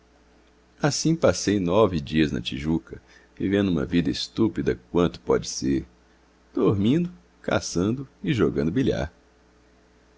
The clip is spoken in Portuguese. assim passei nove dias na tijuca vivendo uma vida estúpida quanto pode ser dormindo caçando e jogando bilhar